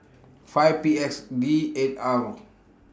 five P X D eight R